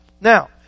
Now